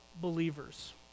believers